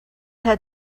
had